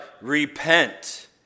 repent